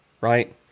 right